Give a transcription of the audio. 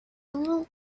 little